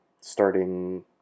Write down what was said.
starting